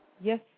Yes